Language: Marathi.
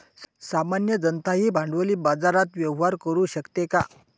सामान्य जनताही भांडवली बाजारात व्यवहार करू शकते का?